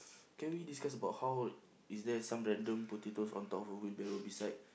can we discuss about how is there some random potatoes on top of a wheelbarrow beside